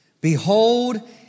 behold